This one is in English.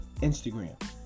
Instagram